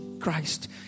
Christ